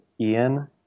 ian